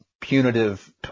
punitive